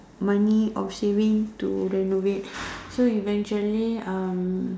money of saving to renovate so eventually um